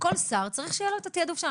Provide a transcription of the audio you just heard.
כל שר צריך שיהיה לו את התעדוף שלו.